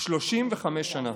35 שנה.